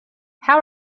how